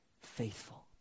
faithful